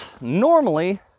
normally